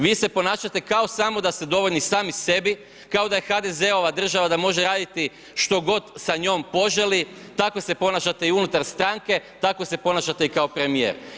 Vi se ponašate kao samo da ste dovoljni sami sebi, kao da je HDZ-ova država, da može raditi što god sa njom poželi, tako se ponašate i unutar stranke, tako se ponašate i kao premijer.